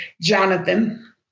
Jonathan